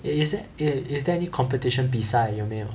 is there is there any competition 比赛有没有